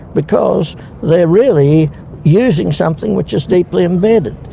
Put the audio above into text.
because they are really using something which is deeply embedded.